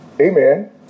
Amen